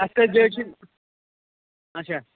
اَسہِ کَتھ جایہِ چھِ اَچھا